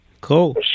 Cool